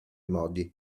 modi